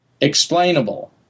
explainable